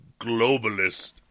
globalist